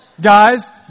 Guys